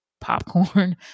popcorn